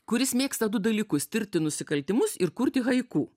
kuris mėgsta du dalykus tirti nusikaltimus ir kurti haiku